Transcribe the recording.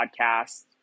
podcast